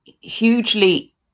hugely